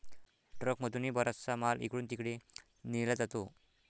ट्रकमधूनही बराचसा माल इकडून तिकडे नेला जातो